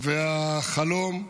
והחלום,